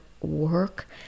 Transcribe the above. work